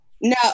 no